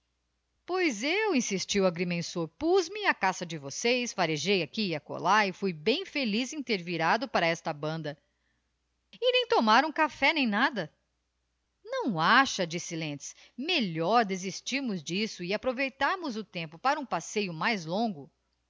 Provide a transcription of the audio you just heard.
pois eu insistiu o agrinriensor puz-me á caça de vocês farejei aqui e acolá e fui bem feliz em ter virado para esta banda e nem tomaram café nem nada não acha disse lentz melhor desistirmos d'isso e aproveitarmos o tempo para um passeio mais longo